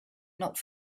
not